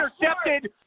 intercepted